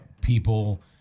people